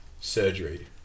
surgery